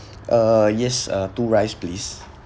uh yes uh two rice please